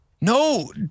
No